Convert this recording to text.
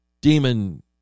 demon